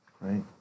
Right